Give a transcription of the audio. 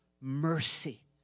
mercy